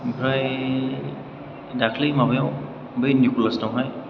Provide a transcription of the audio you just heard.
ओमफ्राय दाखालि माबायाव बै निक'लास नावहाय